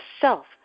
self